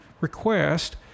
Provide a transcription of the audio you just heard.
request